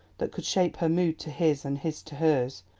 that could shape her mood to his and his to hers,